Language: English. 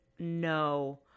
No